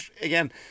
again